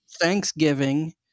Thanksgiving